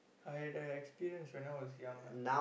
I had the experience when I was young ah